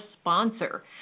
sponsor